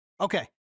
Okay